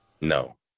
No